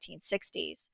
1960s